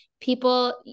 people